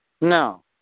No